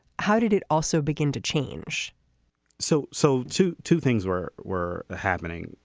how did it also begin to change so so too two things were were happening.